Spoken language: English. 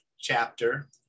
chapter